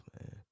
man